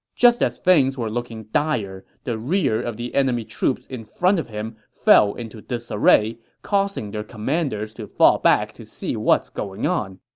just as things were looking dire, the rear of the enemy troops in front of him fell into disarray, causing their commanders to fall back to see what's going on.